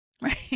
right